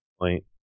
point